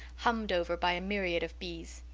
hummed over by a myriad of bees.